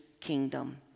kingdom